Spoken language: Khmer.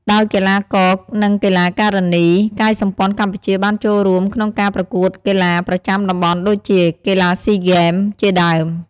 ដោយកីឡាករ និង កីឡាការិនីកាយសម្ព័ន្ធកម្ពុជាបានចូលរួមក្នុងការប្រកួតកីឡាប្រចាំតំបន់ដូចជា កីឡាស៊ីហ្គេម (SEA Games) ជាដើម។